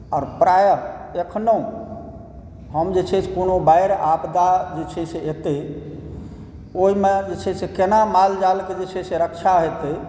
आओर प्रायः एखनहु हम जे छै से कोनो बाढ़ि आपदा जे छै से एतै ओहिमे जे छै से कोना माल जालके जे छै से रक्षा हेतै